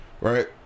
right